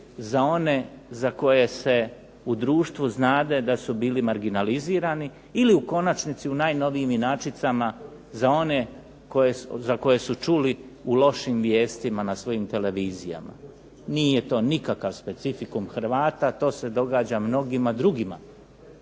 za one za koje se u društvu znade da su bili marginalizirani ili u konačnici u najnovijim inačicama za one za koje su čuli u lošim vijestima na svojim televizijama. Nije to nikakav specifikum HRvata, to se događa mnogim drugima.